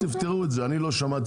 תפתרו את זה, אני לא שמעתי.